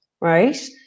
Right